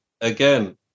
again